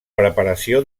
preparació